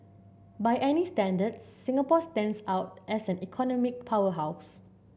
by any standard Singapore stands out as an economic powerhouse